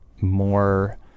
more